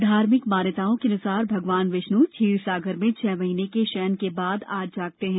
धार्मिक मान्यताओं के अनुसार भगवान विष्णु क्षीरसागर में छह महीने के शयन के पश्चात आज जागते हैं